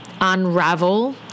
unravel